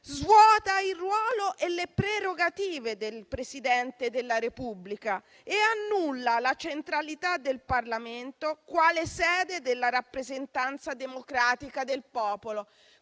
svuota il ruolo e le prerogative del Presidente della Repubblica e annulla la centralità del Parlamento quale sede della rappresentanza democratica del popolo.